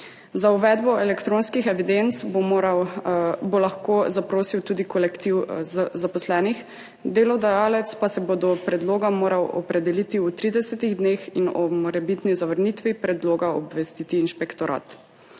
Za uvedbo elektronskih evidenc bo lahko zaprosil tudi kolektiv zaposlenih, delodajalec pa se bo do predloga moral opredeliti v 30 dneh in o morebitni zavrnitvi predloga obvestiti inšpektorat.